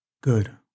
Good